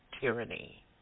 Tyranny